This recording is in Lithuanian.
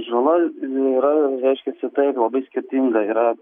žala yra reiškiasi taip labai skirtinga yra